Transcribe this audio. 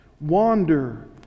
wander